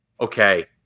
okay